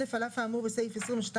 18.(א) על אף האמור בסעיף 22(א)(7),